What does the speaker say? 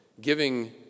giving